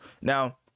now